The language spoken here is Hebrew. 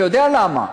אתה יודע למה?